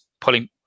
pulling